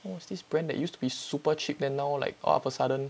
what was this brand that used to be super cheap then now like all of a sudden